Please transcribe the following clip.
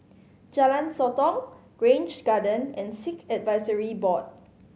Jalan Sotong Grange Garden and Sikh Advisory Board